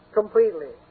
completely